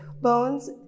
bones